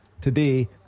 today